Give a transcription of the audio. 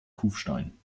kufstein